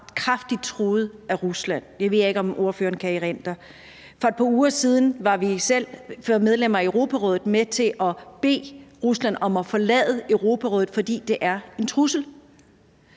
kraftigt truet af Rusland. Det ved jeg ikke om ordføreren kan erindre, og for et par uger siden var vi selv som medlemmer af Europarådet med til at bede Rusland om at forlade Europarådet, fordi det er en trussel.